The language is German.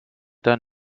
dein